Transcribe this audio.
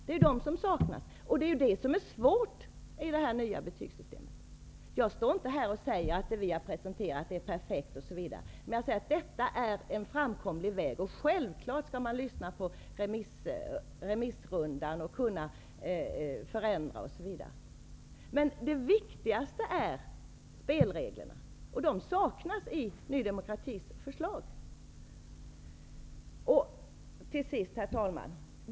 Det är ju just detta som är svårt i det nya betygssystemet. Jag står inte här och säger att det förslag vi har presenterat är perfekt, men jag säger att det är en framkomlig väg. Självklart skall man lyssna på remissrundan, kunna förändra, osv. Men det viktigaste är spelreglerna, och de saknas i Ny demokratis förslag.